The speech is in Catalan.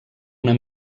una